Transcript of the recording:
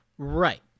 Right